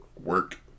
work